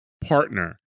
partner